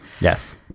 Yes